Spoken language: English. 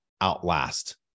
outlast